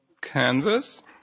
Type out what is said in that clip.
Canvas